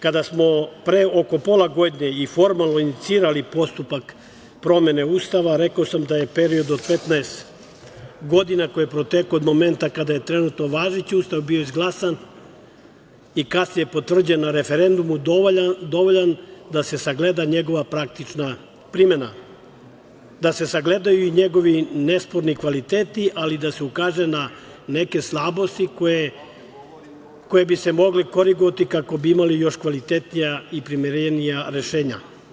Kada smo pre oko pola godine i formalno inicirali postupak promene Ustava, rekao sam da je period od 15 godina, koji je protekao od momenta kada je trenutno važeći Ustav bio izglasan i kasnije potvrđen na referendumu, dovoljan da se sagleda njegova praktična primena, da se sagledaju i njegovi nesporni kvaliteti, ali i da se ukaže na neke slabosti koje bi se mogle korigovati, kako bi imali još kvalitetnija i primerenija rešenja.